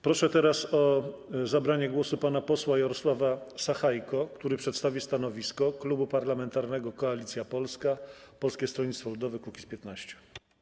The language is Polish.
Proszę teraz o zabranie głosu pana posła Jarosława Sachajkę, który przedstawi stanowisko Klubu Parlamentarnego Koalicja Polska - Polskie Stronnictwo Ludowe - Kukiz15.